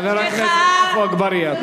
חבר הכנסת עפו אגבאריה.